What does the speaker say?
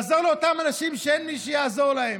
לעזור לאותם אנשים שאין מי שיעזור להם.